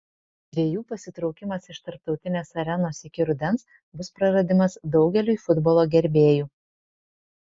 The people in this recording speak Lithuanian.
dviejų pasitraukimas iš tarptautinės arenos iki rudens bus praradimas daugeliui futbolo gerbėjų